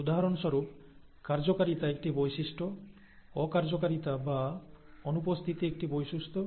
উদাহরণস্বরূপ কার্যকারিতা একটি বৈশিষ্ট্য অ কার্যকারিতা বা অনুপস্থিতি একটি বৈশিষ্ট্য